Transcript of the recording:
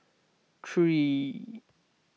three